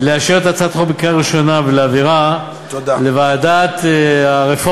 לאשר את הצעת החוק בקריאה ראשונה ולהעבירה לוועדת הרפורמות,